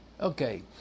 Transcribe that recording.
Okay